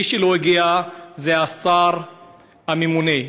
מי שלא הגיע זה השר הממונה.